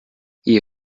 ihre